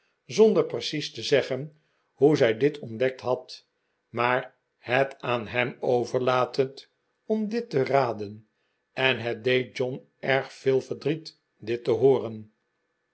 zonder precies te zeggen hoe zij dit ontdekt had maar het aan hem overlatend om dit te raden en het deed john erg veel verdriet dit te hooren